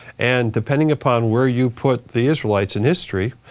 and depending upon where you put the israelites in history,